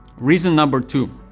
reason number two,